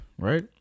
Right